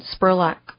Spurlock